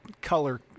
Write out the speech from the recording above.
color